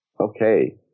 Okay